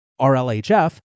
RLHF